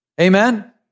Amen